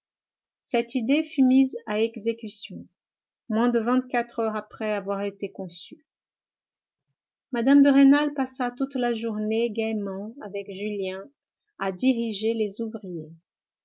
cette idée fut mise à exécution moins de vingt-quatre heures après avoir été conçue mme de rênal passa toute la journée gaiement avec julien à diriger les ouvriers